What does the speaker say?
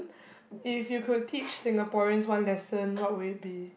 if you could teach Singaporeans one lesson what would it be